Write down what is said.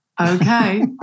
okay